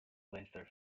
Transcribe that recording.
leinster